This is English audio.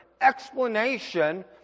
explanation